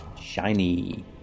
Shiny